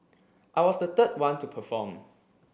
I was the third one to perform